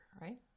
right